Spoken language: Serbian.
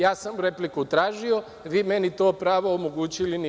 Ja sam repliku tražio, a vi meni to pravo omogućili niste.